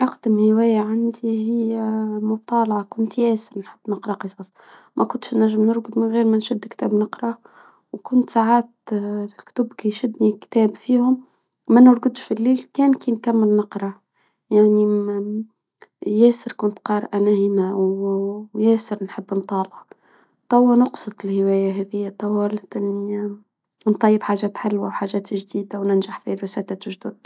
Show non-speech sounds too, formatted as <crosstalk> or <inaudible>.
أقدم هواية عندي هي المطالعة، كنت ياسر نحب نقرا قصص، مكنتش نجم نرقد من غير ما نشد كتاب نقراه، وكنت ساعات <>الكتب كي يشدني كتاب فيهم ما نرقدش في الليل كان كي نكمل نقراه، يعني <hesitation> ياسر كنت قارئة نهيمه و ياسر نحب نطالع، نقصد الهواية هاذي تطورت، نطيب حاجات حلوة وحاجات جديدة، وننجح في دراسات جدد.